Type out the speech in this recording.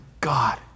God